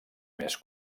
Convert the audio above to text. més